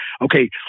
okay